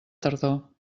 tardor